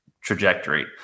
trajectory